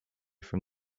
from